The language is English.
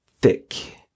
thick